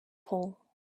pole